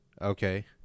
Okay